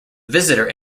visitor